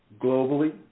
globally